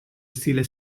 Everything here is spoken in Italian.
stile